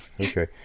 Okay